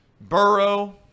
Burrow